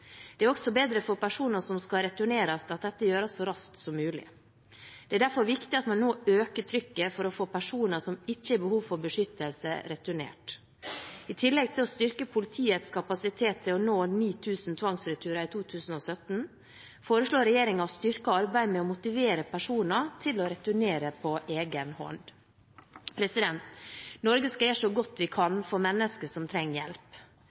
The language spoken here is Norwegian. også bedre for personer som skal returneres, at dette gjøres så raskt som mulig. Det er derfor viktig at man nå øker trykket for å få personer som ikke har behov for beskyttelse, returnert. I tillegg til å styrke politiets kapasitet til å nå 9 000 tvangsreturer i 2017 foreslår regjeringen å styrke arbeidet med å motivere personer til å returnere på egen hånd. Norge skal gjøre så godt vi kan for mennesker som trenger hjelp.